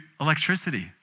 electricity